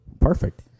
Perfect